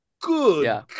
Good